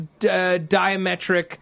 diametric